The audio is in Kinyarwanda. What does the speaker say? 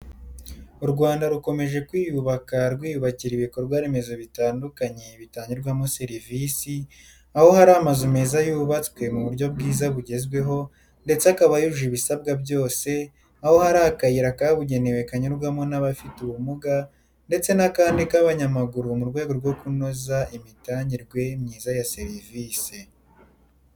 U Rwanda rukomeje kwiyubaka rwiyubakira ibikorwa remezo bitandukanye bitangirwamo serivisi, aho hari amazu meza yubatswe mu buryo bwiza bugezweho ndetse akaba yujuje ibisabwa byose, aho hari akayira kabugenewe kanyurwamo n'abafite ubumuga ndetse n'akandi k'abanyamaguru mu rwego rwo kunoza imitangirwe myiza ya serivisi.